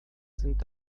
sind